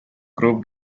groupe